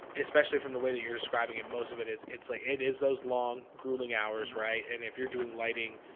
especially from the way that you're describing it. most of it is it's like it is those long grueling hours, right? and if you're doing lighting,